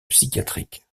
psychiatrique